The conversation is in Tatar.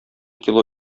кило